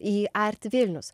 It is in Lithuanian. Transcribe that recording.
į arti vilnius